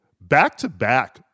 back-to-back